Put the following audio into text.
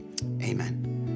amen